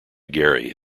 gary